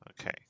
Okay